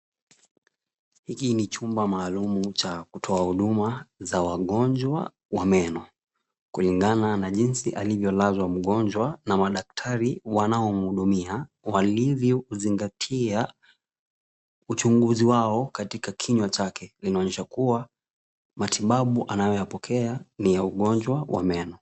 Hii ni chumba maalum cha kutoa huduma za wagonjwa wa meno. Kulingana na jinsi alivyolazwa mgonjwa na madaktari wanaomhudumia walivyozingatia uchunguzi wao katika kinywa chake inaonyesha kuwa matibabu anayoyapokekea ni ya ugonjwa ya meno.